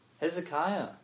Hezekiah